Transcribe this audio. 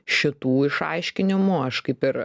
šitų išaiškinimų aš kaip ir